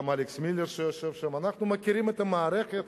וגם אלכס מילר שיושב שם, אנחנו מכירים את המערכת,